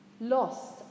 lost